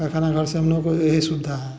पैखाना घर से हम लोगों को यही सुविधा है